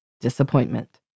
disappointment